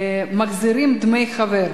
מחזירים דמי חבר.